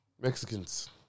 Mexicans